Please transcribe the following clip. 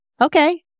okay